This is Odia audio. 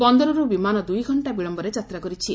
ବନ୍ଦରରୁ ବିମାନ ଦୁଇଘଣ୍ଟା ବିଳୟରେ ଯାତ୍ରା କରିଛି